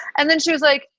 and then she was like,